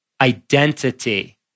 identity